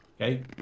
Okay